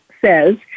says